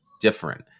different